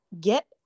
get